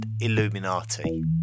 Illuminati